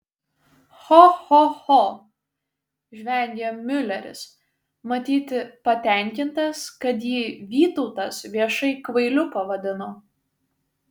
cho cho cho žvengė miuleris matyti patenkintas kad jį vytautas viešai kvailiu pavadino